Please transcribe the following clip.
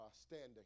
standing